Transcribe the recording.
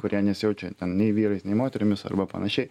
kurie nesijaučia ten nei vyrais nei moterimis arba panašiai